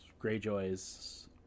Greyjoys